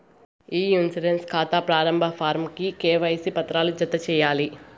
ఇ insurance కాతా ప్రారంబ form కి కేవైసీ పత్రాలు జత చేయాలి